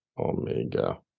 Omega